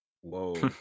Whoa